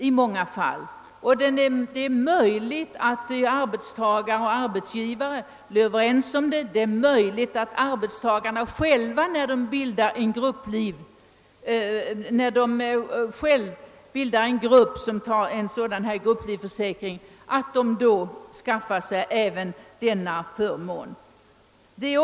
Det är möjligt för arbetstagare och arbetsgivare att komma överens om den, och det är möjligt för arbetstagarna, när de själva bildar en grupp som tar grupplivförsäkring, att skaffa sig även denna förmån.